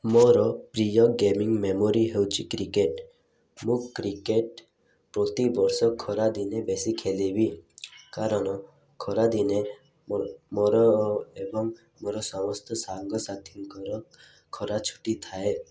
ମୋର ପ୍ରିୟ gaming memory ହେଉଛି କ୍ରିକେଟ ମୁଁ କ୍ରିକେଟ ପ୍ରତି ବର୍ଷ ଖରାଦିନେ ବେଶୀ ଖେଲିବି କାରଣ ଖରାଦିନେ ମୋର ଏବଂ ମୋର ସମସ୍ତ ସାଙ୍ଗସାଥିଙ୍କର ଖରା ଛୁଟି ଥାଏ